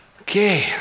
Okay